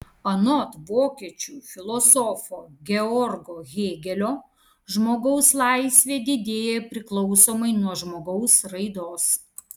anot vokiečių filosofo georgo hėgelio žmogaus laisvė didėja priklausomai nuo žmogaus raidos